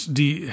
die